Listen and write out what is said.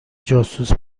جاسوس